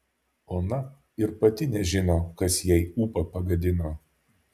ona ir pati nežino kas jai ūpą pagadino